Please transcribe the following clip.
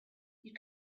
you